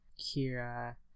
Kira